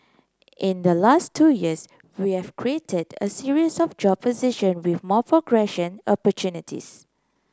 in the last two years we have created a series of job position with more progression opportunities